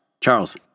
Charles